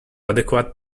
adequate